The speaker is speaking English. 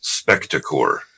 Spectacore